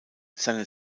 seine